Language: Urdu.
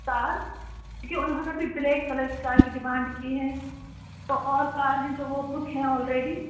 کار کیونکہ اُنہوں نے بھی بلیک کلر کی کار کی ڈیمانڈ کی ہیں تو اور کار ہیں جو وہ بک ہیں آلریڈی